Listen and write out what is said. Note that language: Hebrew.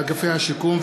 (תיקון,